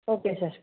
okay sir